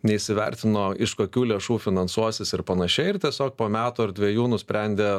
neįsivertino iš kokių lėšų finansuosis ir panašiai ir tiesiog po metų ar dvejų nusprendė